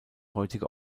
heutige